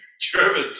German